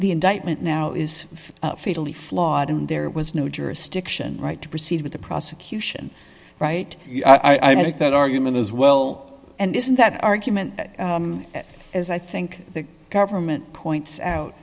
the indictment now is fatally flawed and there was no jurisdiction right to proceed with the prosecution right i make that argument as well and isn't that argument as i think the government points out